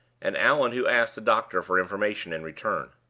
and allan who asked the doctor for information in return.